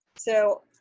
so